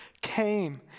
came